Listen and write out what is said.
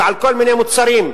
ועל כל מיני מוצרים,